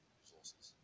resources